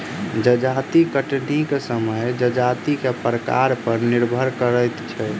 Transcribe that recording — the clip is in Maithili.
जजाति कटनीक समय जजाति के प्रकार पर निर्भर करैत छै